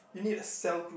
you need a cell group